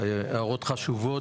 הערות חשובות,